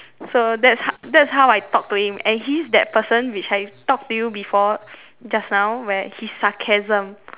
so that's that's how I talk to him and he's that person which I talk to you before just now where his sarcasm